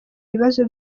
ibibazo